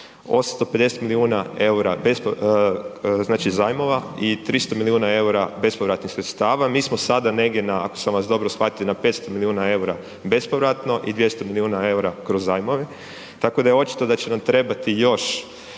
850 milijuna EUR-a znači zajmova i 300 milijuna EUR-a bespovratnih sredstava, mi smo sada negdje na, ako sam vas dobro shvatio, na 500 milijuna EUR-a bespovratno i 200 milijuna EUR-a kroz zajmove, tako da je očito da će nam trebati još